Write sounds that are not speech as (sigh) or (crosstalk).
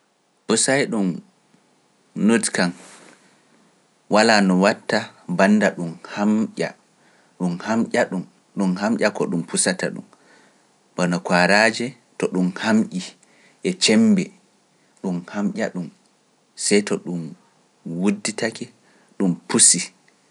(noise) Pusaay ɗum nut kam, walaa no watta bannda ɗum hamƴa, ɗum hamƴa ɗum, ɗum hamƴa ko ɗum pusata ɗum, ɓana ko kwaraaje to ɗum hamƴi e cemmb, ɗum hamƴa ɗum, sey to ɗum wudditake, ɗum pusi.